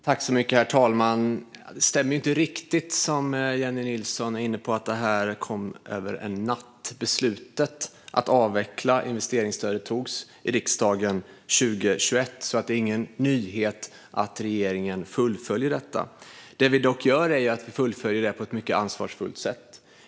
Herr talman! Det som Jennie Nilsson är inne på, att beslutet att avveckla investeringsstödet kom över en natt, stämmer inte riktigt. Beslutet om detta togs i riksdagen 2021. Det är därför ingen nyhet att regeringen fullföljer detta. Det som vi dock gör är att vi fullföljer detta på ett mycket ansvarsfullt sätt.